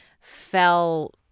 fell